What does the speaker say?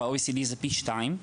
וב-OECD זה פי שניים.